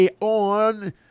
On